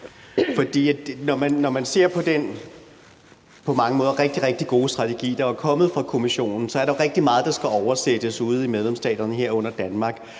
på mange måder rigtig, rigtig gode strategi, der er kommet fra Kommissionen, så er der jo rigtig meget, der skal oversættes ude i medlemsstaterne, herunder i Danmark.